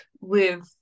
live